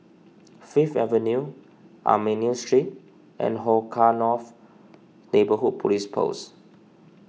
Fifth Avenue Armenian Street and Hong Kah North Neighbourhood Police Post